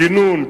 גינון,